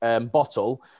bottle –